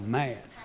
mad